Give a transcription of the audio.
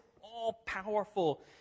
all-powerful